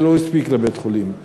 זה לא הספיק לבית-חולים,